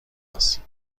است